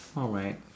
alright